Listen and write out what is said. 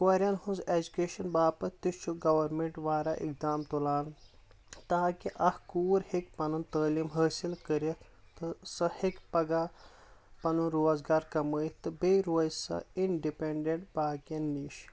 کورین ہنٛز ایجوکیشن باپتھ تہِ چھُ گورمینٹ واریاہ اقدام تُلان تاکہ اکھ کوٗر ہیکہِ پنُن تعلیم حٲصل کرتھ تہٕ سۄ ہیکہِ پگاہ پنُن روزگار کمایِتھ تہِ بیٚیہِ روزِ سۄ اِنڈپینڈنٹ باقی ین نش